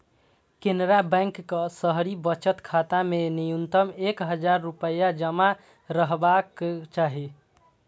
केनरा बैंकक शहरी बचत खाता मे न्यूनतम एक हजार रुपैया जमा रहबाक चाही